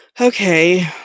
okay